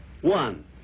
One